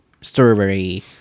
strawberry